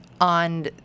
on